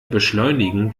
beschleunigen